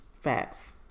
facts